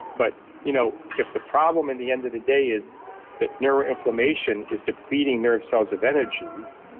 but you know if the problem in the end of the day is that neuroinflammation is depleting nerve cells of energy,